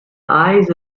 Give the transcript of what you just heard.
eyes